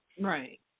Right